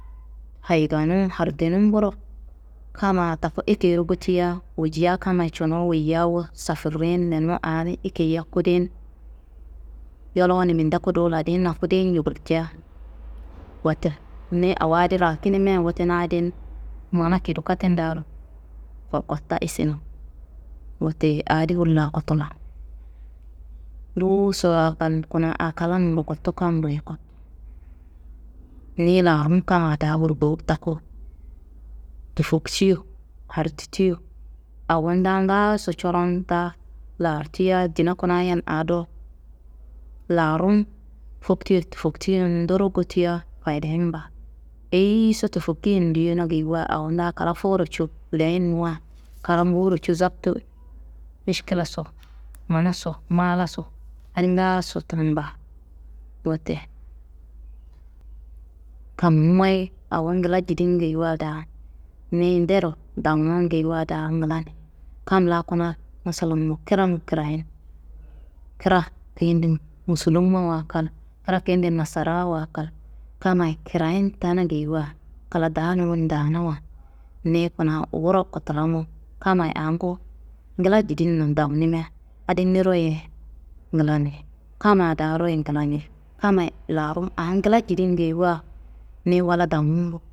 Hayiganu n hardinumburo kamma taku ekeyiro gottiya woyiya kammayi cunu woyiya wu safurin, lenu ani ekeyia kudin, yoloni minde kudu ladinna kudiyin nju gulja. Wote niyi awo adi rakinimia wote na adin mana kedo katendaaro koworkotta issin. Woteye aa di wolla kotula. Nduwusowa kal kuna aa klanummuro kottu kammuro ye kottu, niyi laarum kamma daa burgowu taku tofoktiyo, harditiyo awonda ngaaso corondaa lartiya dina kunayan aa do, laarun foktiyo tofoktiyo ndoro gottiya fayideyin baa eyiso tofoktiyon duyona geyiwa awonda kla fuwuro cu leyinnuwa kla ngowuro cu zabtu miškilaso, manaso, malaso adi ngaaso tamba. Wote kamnum wayi awo ngla jidin geyiwa daa, niyi dero dangun geyiwa daa ngla ni, kam laa kuna masalan do, krangu krayin, kra keyende musulummawa kal, kra keyende nasarawa kal, kammayi krayin tena geyiwa kla daalngun danawa ni kuna wuro kotulangu, kammayi angu ngla jidinna dawunimia adi niro ye nglani, kamma daaro ye nglani. Kammayi laarum aa ngla jidin geyiwa niyi wala dangumbu.